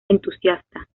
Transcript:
entusiasta